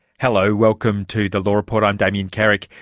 hello. welcome to the law report. i'm damien carrick.